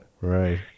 right